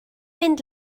mynd